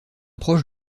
proche